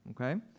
okay